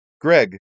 Greg